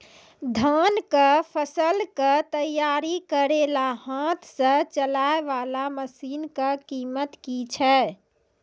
धान कऽ फसल कऽ तैयारी करेला हाथ सऽ चलाय वाला मसीन कऽ कीमत की छै?